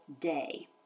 day